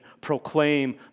proclaim